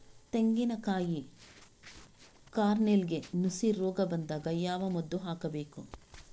ತೆಂಗಿನ ಕಾಯಿ ಕಾರ್ನೆಲ್ಗೆ ನುಸಿ ರೋಗ ಬಂದಾಗ ಯಾವ ಮದ್ದು ಹಾಕಬೇಕು?